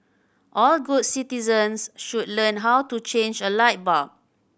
all good citizens should learn how to change a light bulb